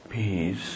Peace